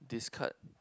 this card